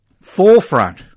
forefront